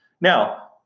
Now